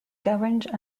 governed